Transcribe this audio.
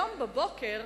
היום בבוקר